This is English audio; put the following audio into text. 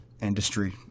industry